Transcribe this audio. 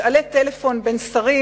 משאלי טלפון בין שרים,